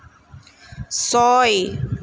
ছয়